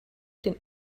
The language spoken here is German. den